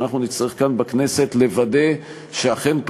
ואנחנו נצטרך כאן בכנסת לוודא שאכן היא